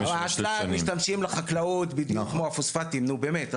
האשלג משתמשים לחקלאות בדיוק כמו הפוספטים נו באמת,